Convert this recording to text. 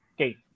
okay